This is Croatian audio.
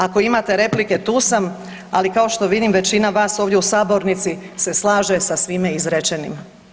Ako imate replike tu sam, ali kao što vidim većina vas ovdje u sabornici se slaže sa svime izrečenim.